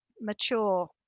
mature